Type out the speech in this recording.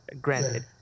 granted